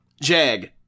Jag